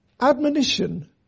Admonition